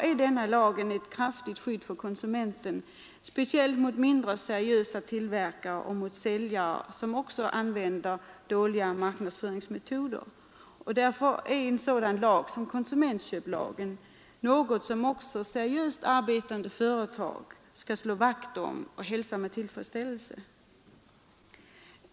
Lagen är ett kraftigt skydd för konsumenten, speciellt mot mindre seriösa tillverkare och säljare som använder dåliga marknadsföringsmetoder. Därför bör också seriöst arbetande företag slå vakt om konsumentköplagen och hälsa den med tillfredsställelse.